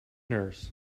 nurse